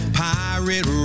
pirate